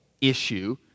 issue